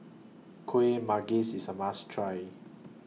Kuih Manggis IS A must Try